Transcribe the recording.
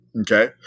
Okay